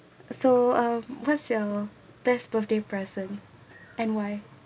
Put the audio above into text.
so um what's your best birthday present and why